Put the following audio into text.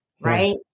right